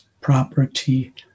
property